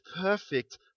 perfect